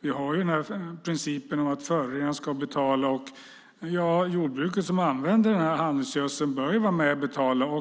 Vi har principen om att förorenaren ska betala. Jordbruket, som använder handelsgödsel, bör vara med och betala.